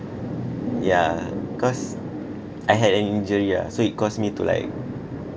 yeah cause I had an injury ah so it cost me to like